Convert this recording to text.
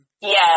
Yes